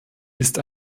ist